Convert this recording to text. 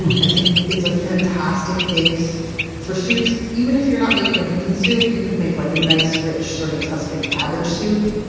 i think it's a fantastic base for soups, even if you're not making a bean soup, you could make like a nice rich sort of tuscan cabbage soup,